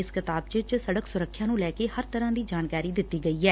ਇਸ ਕਿਤਾਬਚੇ ਵਿਚ ਸੜਕ ਸੁਰੱਖਿਆ ਨੂੰ ਲੈ ਕੇ ਹਰ ਤਰ੍ਪਾ ੱਦੀ ਜਾਣਕਾਰੀ ਦਿੱਤੀ ਗਈ ਐ